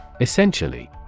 Essentially